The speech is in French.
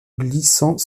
glissant